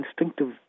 instinctive